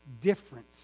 difference